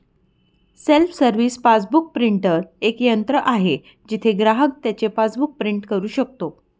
self service passbook printer एक यंत्र आहे जिथे ग्राहक त्याचे पासबुक प्रिंट करू शकतो